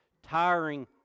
tiring